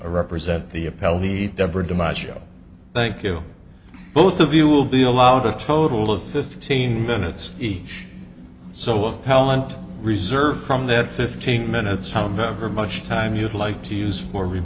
represent the appellate the deborah dimaggio thank you both of you will be allowed a total of fifteen minutes each so of pallant reserve from their fifteen minutes home for much time you'd like to use for